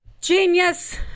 Genius